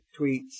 tweets